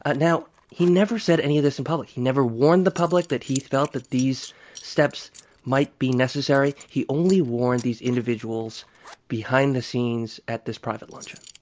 now, he never said any of this in public. he never warned the public that he felt that these steps might be necessary. he only warned these individuals behind the scenes at this private luncheon,